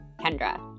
Kendra